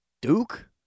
Duke